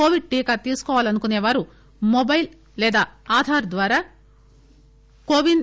Covid టీకా తీసుకుకోవాలనుకుసేవారు mobile లేదా ఆధార్ ద్వారా కోవిన్